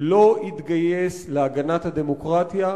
לא יתגייס להגנת הדמוקרטיה,